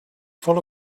full